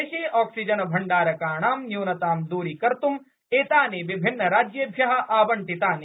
देशे आक्सीजनभण्डारकाणां न्यूनतां दूरीकर्तुं एतानि विभिन्नराज्येभ्यः आबण्टितानि